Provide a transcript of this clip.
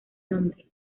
nombre